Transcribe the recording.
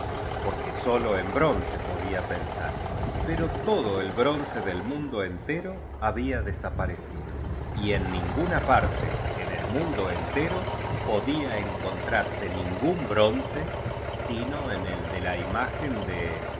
porque sólo en bronce podía pensar pero todo el bronce del mundo entero había desaparecido y en ninguna parte en el mundo entero podía encontrarse ningún bronce sino el de la imagen de